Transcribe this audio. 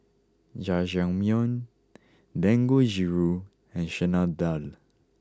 Jajangmyeon Dangojiru and Chana Dal